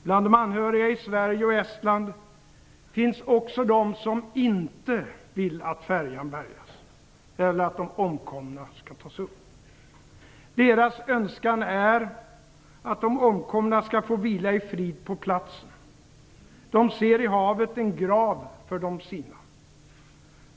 Bland de anhöriga i Sverige och Estland finns också de som inte vill att färjan bärgas eller att de omkomna skall tas upp. Deras önskan är att de omkomna skall få vila i frid på platsen. De ser i havet en grav för de sina.